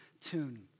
tune